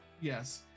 Yes